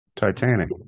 titanic